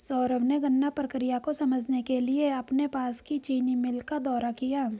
सौरभ ने गन्ना प्रक्रिया को समझने के लिए अपने पास की चीनी मिल का दौरा किया